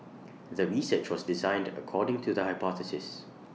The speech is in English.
the research was designed according to the hypothesis